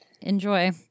enjoy